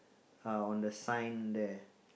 uh on the sign there